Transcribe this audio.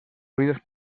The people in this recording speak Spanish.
ruidos